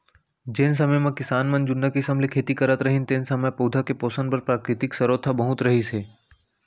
जेन समे म किसान मन जुन्ना किसम ले खेती करत रहिन तेन समय पउधा के पोसन बर प्राकृतिक सरोत ह बहुत रहिस हे